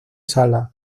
sala